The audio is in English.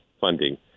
funding